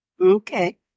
Okay